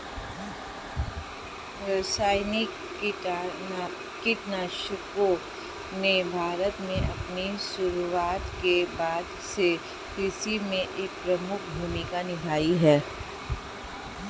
रासायनिक कीटनाशकों ने भारत में अपनी शुरुआत के बाद से कृषि में एक प्रमुख भूमिका निभाई है